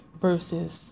versus